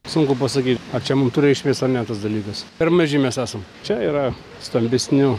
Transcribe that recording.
sunku pasakyt ar čia mum turi reikšmės ar ne tas dalykas per maži mes esam čia yra stambesnių